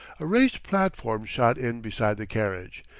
a raised platform shot in beside the carriage,